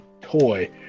toy